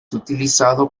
utilizado